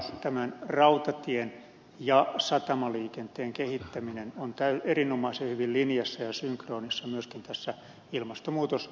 tämän rautatien ja satamaliikenteen kehittäminen on erinomaisen hyvin linjassa ja synkronissa myöskin tässä ilmastonmuutoskeskustelussa